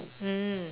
mm